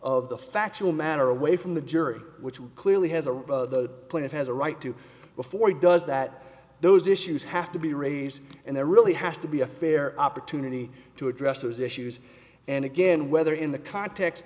of the factual matter away from the jury which clearly has a the planet has a right to before it does that those issues have to be raised and there really has to be a fair opportunity to address those issues and again whether in the context